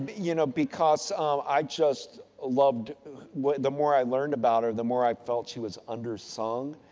but you know, because um i just loved what, the more i learned about her the more i felt she was undersung.